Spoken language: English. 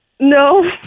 No